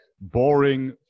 boring